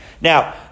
Now